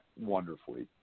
wonderfully